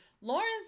Lawrence